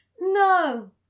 No